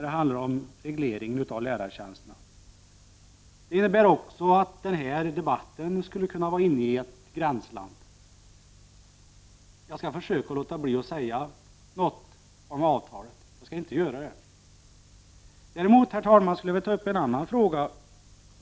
Det innebär att också den här debatten skulle vara inne i ett gränsland. Jag skall försöka låta bli att säga något om avtal. Däremot, herr talman, skulle jag vilja ta upp en annan fråga.